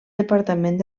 departament